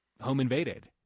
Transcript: home-invaded